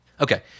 okay